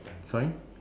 sorry